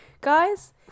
guys